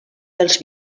dels